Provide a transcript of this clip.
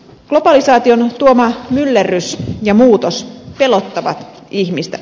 globalisaation tuoma myllerrys ja muutos pelottavat ihmistä